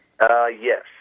Yes